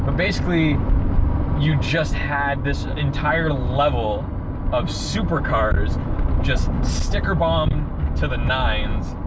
basically you just had this entire level of supercars just sticker-bombed to the nine